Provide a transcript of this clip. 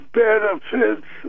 benefits